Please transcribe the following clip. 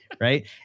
right